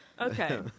Okay